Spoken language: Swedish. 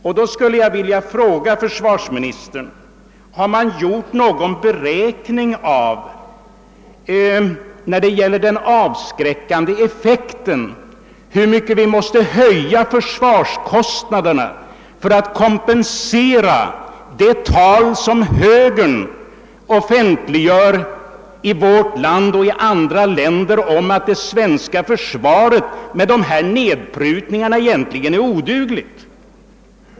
Jag skulle med anledning härav vilja fråga försvarsministern, om man gjort någon beräkning av hur mycket vi måste höja försvarskostnaderna för att kompensera effekten av de påståenden, som högern offentliggör i vårt land och i andra länder om att det svenska försvaret med gjorda nedprutningar av anslagen egentligen är odugligt.